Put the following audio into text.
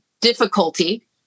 difficulty